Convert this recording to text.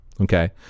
Okay